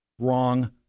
Wrong